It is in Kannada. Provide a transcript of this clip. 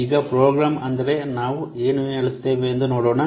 ಈಗ ಪ್ರೋಗ್ರಾಂ ಅಂದರೆ ನಾವು ಏನು ಹೇಳುತ್ತೇವೆ ಎಂದು ನೋಡೋಣ